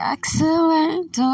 Excellent